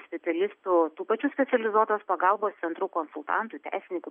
specialistų tų pačių specializuotos pagalbos centrų konsultantų teisininkų